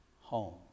home